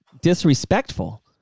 disrespectful